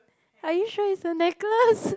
are you sure is a necklace